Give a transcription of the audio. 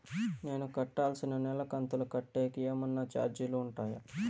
నేను కట్టాల్సిన నెల కంతులు కట్టేకి ఏమన్నా చార్జీలు ఉంటాయా?